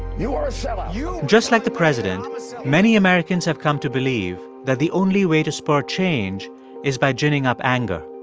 you are a sellout just like the president, many americans have come to believe that the only way to spur change is by ginning up anger.